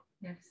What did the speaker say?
Yes